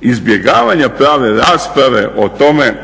izbjegavanja prave rasprave o tome